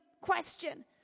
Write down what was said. question